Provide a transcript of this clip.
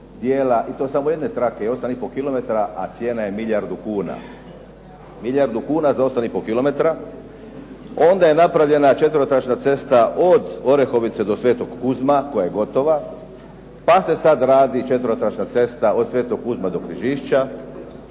i to samo jedne trake je 8,5 kilometara a cijena je milijardu kuna. Onda je napravljena četverotračna cesta od Orehovice do Svetog Kuzma koje je gotova. Pa se sada radi četverotračna cesta od Svetog Kuzma do Križišća.